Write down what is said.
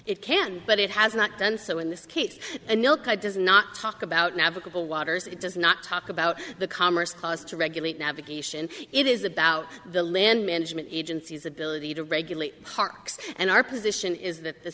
it can but it has not done so in this case and milk i does not talk about navigable waters it does not talk about the commerce clause to regulate navigation it is about the land management agencies ability to regulate parks and our position is that the